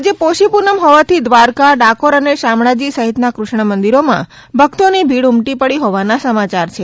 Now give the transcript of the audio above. આજે પોષી પૂનમ હોવાથી દ્વારકા ડાકોર અને શામળાજી સહિતના ક્રષ્ણ મંદિરોમાં ભક્તોની ભીડ ઉમટી પડી હોવાના સમાચાર છે